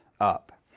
up